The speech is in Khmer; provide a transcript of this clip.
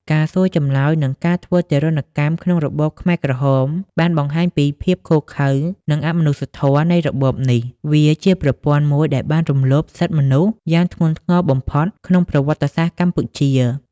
ការសួរចម្លើយនិងការធ្វើទារុណកម្មក្នុងរបបខ្មែរក្រហមបានបង្ហាញពីភាពឃោរឃៅនិងអមនុស្សធម៌នៃរបបនេះ។ វាជាប្រព័ន្ធមួយដែលបានរំលោភបំពានសិទ្ធិមនុស្សយ៉ាងធ្ងន់ធ្ងរបំផុតក្នុងប្រវត្តិសាស្ត្រកម្ពុជា។